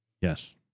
Yes